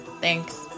thanks